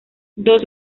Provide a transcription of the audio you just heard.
dos